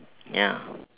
ya